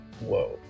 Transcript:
Whoa